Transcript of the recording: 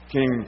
King